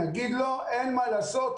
נגיד לו: אין מה לעשות,